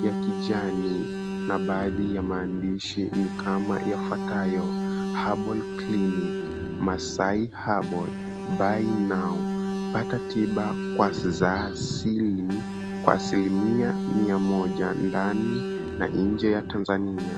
ya kijani na baadhi ya maandishi ni kama yafuatayo, Herbal Clinic Masaai Herbal Buy Now Pata Tiba Kwa Sizasili kwa asilimia Mia Moja Ndani Na Nje Ya Tanzania.